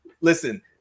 Listen